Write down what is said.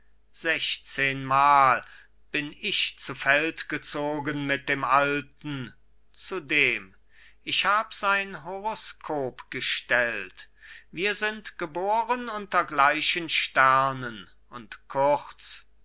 sechzehnmal bin ich zu feld gezogen mit dem alten zudem ich hab sein horoskop gestellt wir sind geboren unter gleichen sternen und kurz